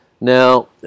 Now